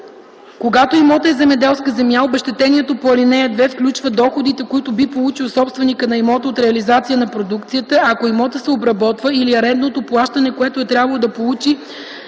Когато имотът е земеделска земя, обезщетението по ал. 2 включва доходите, които би получил собственикът на имота от реализация на продукцията, ако имотът се обработва, или арендното плащане, което е трябвало да получи